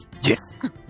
Yes